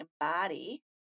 embody